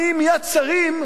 הם לא מבינים מה קורה.